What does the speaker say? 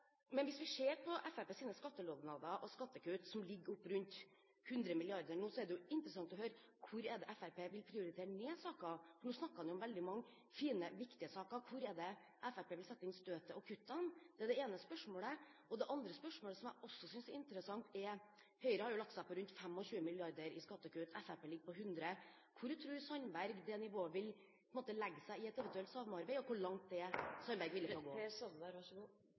Men hvis vi ser på Fremskrittspartiets skattelovnader og skattekutt, som ligger rundt 100 mrd. kr nå, er det interessant å høre hvor det er Fremskrittspartiet vil prioritere ned saker. For nå snakker han om mange fine, viktige saker. Hvor er det Fremskrittspartiet vil sette inn støtet og kuttene? Det er det ene spørsmålet. Det andre spørsmålet som jeg også synes er interessant, er: Høyre har jo lagt seg på rundt 25 mrd. kr i skattekutt. Fremskrittspartiet ligger på 100 mrd. kr. Hvor tror Sandberg det nivået vil legges i et eventuelt samarbeid, og hvor langt er Sandberg villig til å gå?